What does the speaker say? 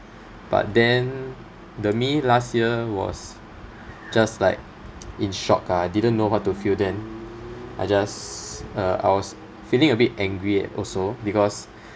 but then the me last year was just like in shock ah I didn't know what to feel then I just uh I was feeling a bit angry a~ also because